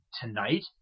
tonight